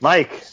Mike